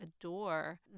adore